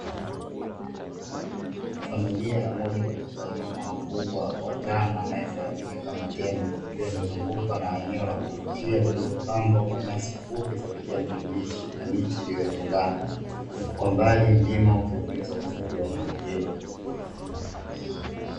Familia ya moja katika wanyama wakubwa watano, anayefahamika kama tembo, ikiwa amezungukwa na eneo la kuvutia lililopambwa kwa nyasi fupi za kijani kibichi, na miti iliyotengana. Huku kwa mbali mlima ukiongeza uzuri wa eneo hilo.